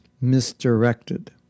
misdirected